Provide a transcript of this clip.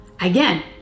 Again